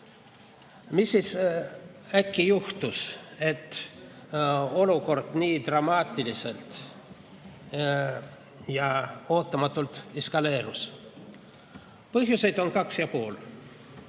Mis siis äkki juhtus, et olukord nii dramaatiliselt ja ootamatult eskaleerunud on? Põhjuseid on kaks ja pool.